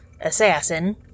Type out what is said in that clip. Assassin